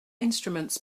instruments